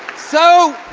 so,